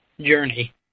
journey